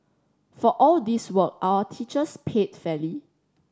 for all this work are our teachers paid fairly